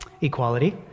equality